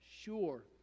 sure